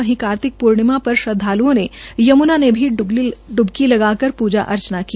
वहीं कार्तिक पूर्णिमा पर श्रद्वालुओं ने यमुना में भी ड्बकी लगा पूजा अर्चना की